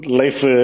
life